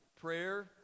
prayer